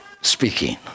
speaking